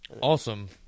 Awesome